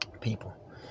people